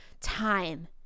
time